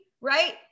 right